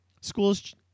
Schools